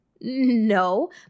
No